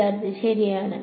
വിദ്യാർത്ഥി ശരിയാണ്